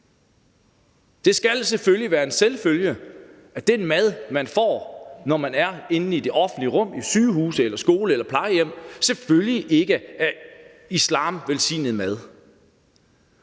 Det skal være en selvfølge, at den mad, man får, når man er i det offentlige rum – på sygehuse, i skoler eller på plejehjem – selvfølgelig ikke er islamvelsignet mad.